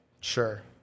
Sure